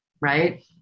right